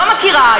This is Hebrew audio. לא מכירה.